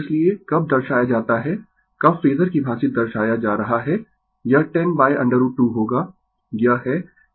इसलिए कब दर्शाया जाता है कब फेजर की भांति दर्शाया जा रहा है यह 10√ 2 होगा